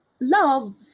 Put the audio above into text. Love